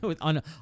on